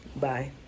Bye